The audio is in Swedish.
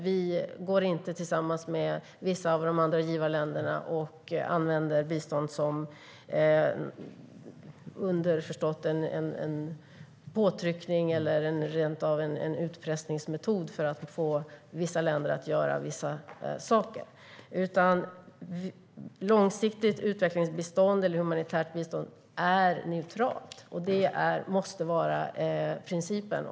Vi går inte tillsammans med vissa av de andra givarländerna och använder bistånd som en underförstådd påtryckning eller rentav en utpressningsmetod för att få vissa länder att göra vissa saker. Långsiktigt utvecklingsbistånd eller humanitärt bistånd är neutralt. Det måste vara principen.